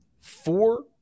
four